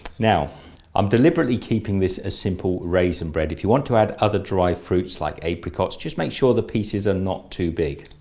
now i'm deliberately keeping this a simple raisin bread, if you want to add other dried fruits like apricots, just make sure the pieces are not too big.